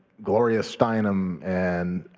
gloria steinem. and